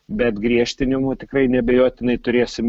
bet griežtinimų tikrai neabejotinai turėsim